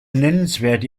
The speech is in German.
nennenswerte